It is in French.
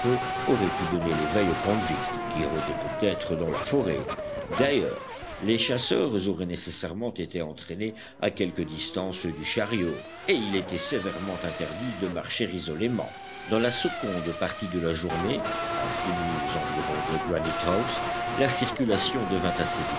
auraient pu donner l'éveil aux convicts qui rôdaient peut-être dans la forêt d'ailleurs les chasseurs auraient nécessairement été entraînés à quelque distance du chariot et il était sévèrement interdit de marcher isolément dans la seconde partie de la journée à six milles environ de granite house la circulation devint